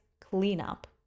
cleanup